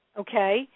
Okay